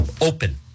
open